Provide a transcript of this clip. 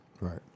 Right